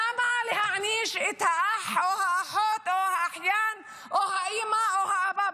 למה להעניש את האח או האחות או האחיין או האימא או האבא?